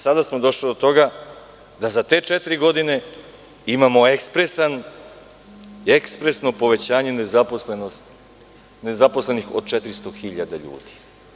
Sada smo došli do toga da za te četiri godine imamo ekspresno povećanje nezaposlenih od 400 hiljada ljudi.